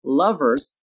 lovers